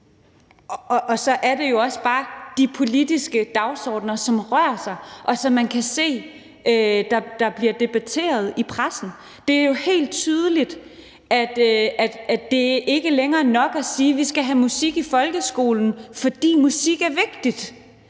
Og så er det jo også bare de politiske dagsordener, som rører sig, og som man kan se bliver debatteret i pressen. Det er jo helt tydeligt, at det ikke længere er nok at sige, at vi skal have musik i folkeskolen, fordi musik er vigtigt,